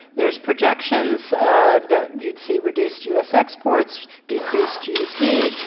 there's projections that you'd see reduce u. s. exports, decrease gdp,